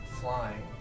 flying